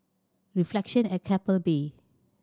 Reflection at Keppel Bay